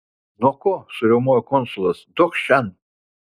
nuo ko suriaumojo konsulas duokš šen